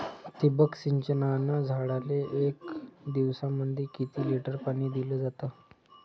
ठिबक सिंचनानं झाडाले एक दिवसामंदी किती लिटर पाणी दिलं जातं?